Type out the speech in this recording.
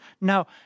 Now